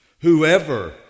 Whoever